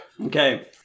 Okay